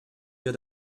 wir